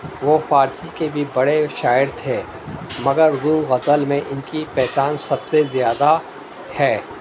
وہ فارسی کے بھی بڑے شاعر تھے مگر وہ غزل میں ان کی پہچان سب سے زیادہ ہے